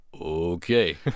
Okay